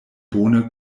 bone